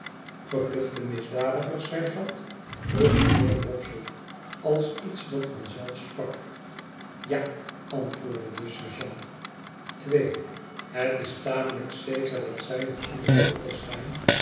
gevluchte misdadigers sergeant vroeg mijnheer wopsle als iets dat van zelf sprak ja antwoordde de sergeant twee het is tamelijk zeker dat zij nog in de polders zijn